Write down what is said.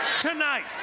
tonight